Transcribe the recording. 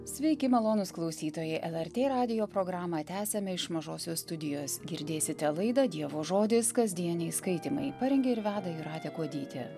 sveiki malonūs klausytojai lrt radijo programą tęsiame iš mažosios studijos girdėsite laidą dievo žodis kasdieniai skaitymai parengė ir veda jūratė kuodytė